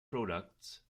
products